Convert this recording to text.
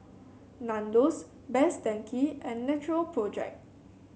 Nandos Best Denki and Natural Project